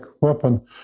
weapon